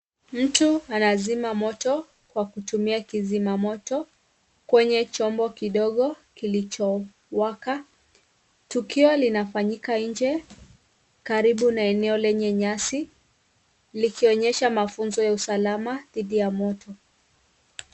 Mtu anazima moto kutumia kizima moto kwenye chombo ndogo kilichowaka. Tukio linafanyika nje karibu na eneo lenye nyasi likionyesha mafunzo ya usalama dhidi ya moto.